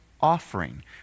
offering